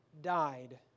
died